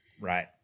Right